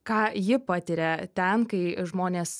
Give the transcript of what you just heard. ką ji patiria ten kai žmonės